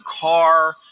car